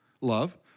Love